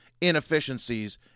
inefficiencies